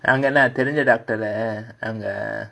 அங்கனா தெரிஞ்ச:angana therinja doctor uh